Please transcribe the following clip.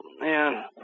man